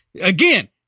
Again